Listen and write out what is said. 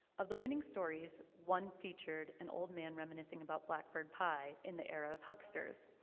of the winning stories, one featured an old man reminiscing about blackbird pie in the era of hucksters.